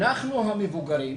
אנחנו המבוגרים,